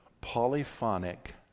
polyphonic